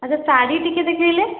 ଆଚ୍ଛା ଶାଢ଼ୀ ଟିକେ ଦେଖେଇଲେ